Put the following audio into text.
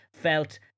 felt